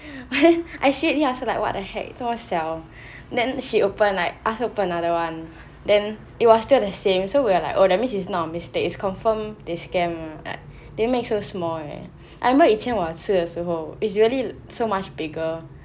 but then I said I ask her like what the heck 这么小 then she open like I ask her open another one then it was still the same so we're like oh that means it's not our mistake it's confirm they scam like they make so small eh I remember 以前我吃的时候 it's really so much bigger